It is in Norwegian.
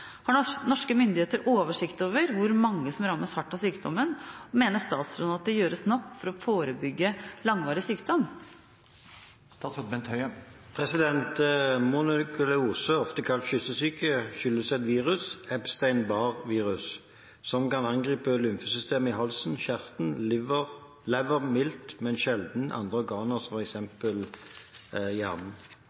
Har norske myndigheter oversikt over hvor mange som rammes hardt av sykdommen, og mener statsråden at det gjøres nok for å forebygge langvarig sykdom?» Mononukleose, ofte kalt kyssesyke, skyldes et virus, Epstein-Barr-viruset, som kan angripe lymfesystemet i halsen, kjertler, lever og milt, men sjelden andre